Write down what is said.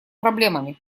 проблемами